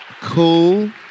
cool